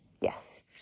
Yes